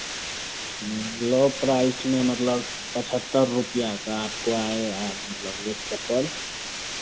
लो price में मतलब पचहत्तर रुपैया का आपको आएगा मतलब एक चप्पल